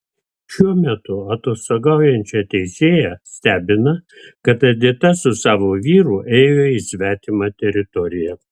šiuo metu atostogaujančią teisėją stebina kad edita su savo vyru ėjo į svetimą teritoriją